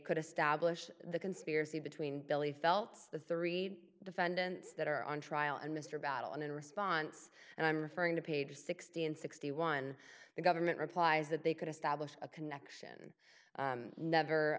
could establish the conspiracy between billy felt the three defendants that are on trial and mr battle and in response and i'm referring to page sixty and sixty one the government replies that they could establish a connection never